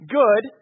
good